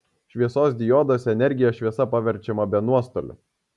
šviesos dioduose energija šviesa paverčiama be nuostolių